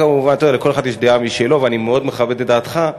לכל אחד יש דעה משלו, ואני מאוד מכבד את דעתך,